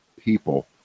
people